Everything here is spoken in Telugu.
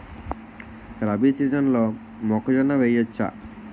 రబీ సీజన్లో మొక్కజొన్న వెయ్యచ్చా?